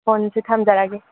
ꯐꯣꯟꯁꯤ ꯊꯝꯖꯔꯒꯦ